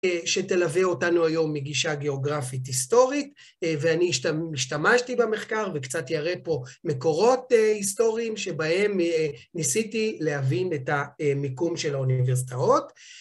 שתלווה אותנו היום מגישה גיאוגרפית-היסטורית, ואני השתמשתי במחקר, וקצת אראה פה מקורות היסטוריים שבהם ניסיתי להבין את המיקום של האוניברסיטאות.